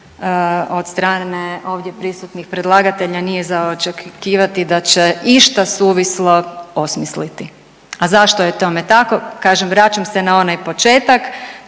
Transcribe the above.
od strane ovdje prisutnih predlagatelja nije za očekivati da će išta suvislo osmisliti. A zašto je tome tako? Kažem vraćam se na onaj početak.